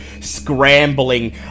scrambling